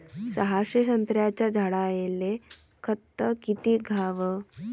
सहाशे संत्र्याच्या झाडायले खत किती घ्याव?